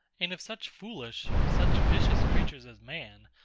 and if such foolish, such vicious creatures as man,